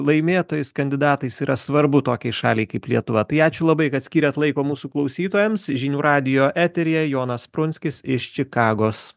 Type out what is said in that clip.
laimėtojais kandidatais yra svarbu tokiai šaliai kaip lietuva tai ačiū labai kad skyrėt laiko mūsų klausytojams žinių radijo eteryje jonas prunskis iš čikagos